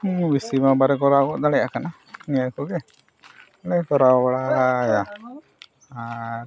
ᱵᱮᱥᱤᱢᱟ ᱵᱟᱞᱮ ᱠᱚᱨᱟᱣ ᱫᱟᱲᱮᱭᱟᱜ ᱠᱟᱱᱟ ᱱᱤᱭᱟᱹ ᱠᱚᱜᱮ ᱟᱞᱮ ᱠᱚᱨᱟᱣ ᱵᱟᱲᱟᱭᱟ ᱟᱨ